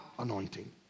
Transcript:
anointing